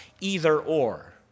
either-or